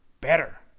better